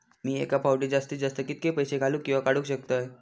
मी एका फाउटी जास्तीत जास्त कितके पैसे घालूक किवा काडूक शकतय?